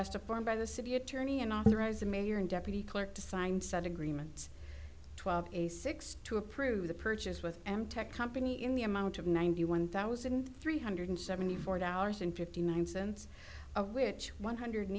asked a firm by the city attorney and authorized the mayor and deputy clerk to sign such agreements twelve a six to approve the purchase with m tech company in the amount of ninety one thousand three hundred seventy four dollars and fifty nine cents of which one hundred